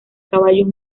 caballos